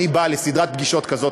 אני בא לסדרת פגישות כזאת,